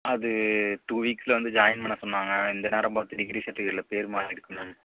அது டூ வீக்ஸில் வந்து ஜாய்ன் பண்ண சொன்னாங்க இந்த நேரம் பார்த்து டிகிரி சர்ட்டிவிகேட்டில் பேரு மாறி இருக்குது மேம்